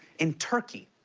in turkey,